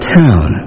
town